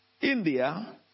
India